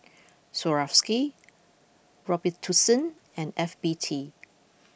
Swarovski Robitussin and F B T